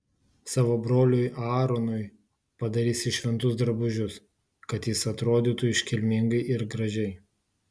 savo broliui aaronui padarysi šventus drabužius kad jis atrodytų iškilmingai ir gražiai